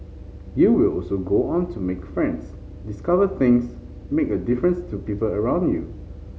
you will also go on to make friends discover things make a difference to people around you